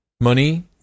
money